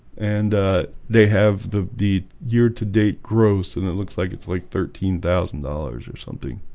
and they have the the year-to-date gross and it looks like it's like thirteen thousand dollars or something